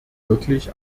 wirklich